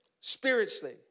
spiritually